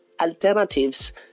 alternatives